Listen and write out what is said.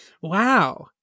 Wow